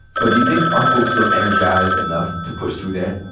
but do you think, are folks still energized enough to push through that?